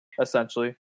essentially